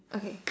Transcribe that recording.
okay